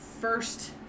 first